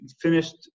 finished